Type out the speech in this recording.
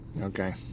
Okay